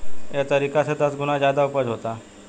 एह तरीका से दस गुना ज्यादे ऊपज होता